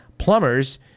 Plumbers